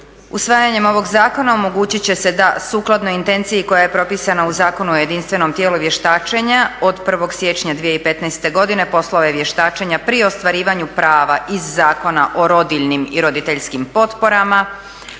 Usvajanjem ovoga zakona omogućiti će se da sukladno intenciji koja je propisana u Zakonu o jedinstvenom tijelu vještačenja od 1. siječnja 2015. godine poslove vještačenja pri ostvarivanju prava iz Zakona o rodiljnim i roditeljskim potporama